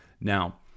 Now